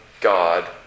God